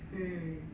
mm